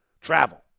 Travel